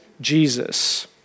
Jesus